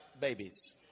babies